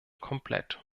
komplett